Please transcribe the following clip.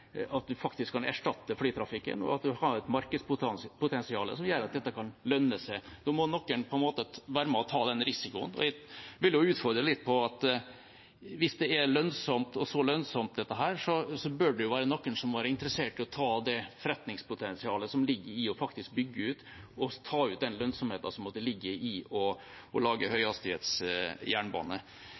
at en faktisk kan erstatte flytrafikken, og at en har et markedspotensial som gjør at dette kan lønne seg. Da må noen være med og ta den risikoen, og jeg vil utfordre litt på at hvis dette er så lønnsomt, bør det være noen som er interessert i det forretningspotensialet som ligger i å bygge ut og ta ut den lønnsomheten som måtte ligge i å lage høyhastighetsjernbane.